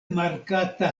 markata